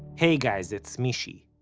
hey guys, it's mishy.